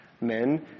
men